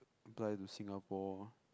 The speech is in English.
apply to Singapore